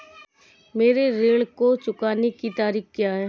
मेरे ऋण को चुकाने की तारीख़ क्या है?